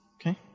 Okay